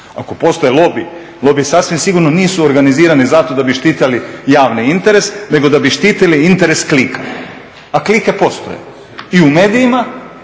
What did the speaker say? Ako postoje lobiji, lobiji sasvim sigurno nisu organizirani zato da bi štitili javni interes, nego da bi štitili interes …, a lobiji postoje. I u medijima,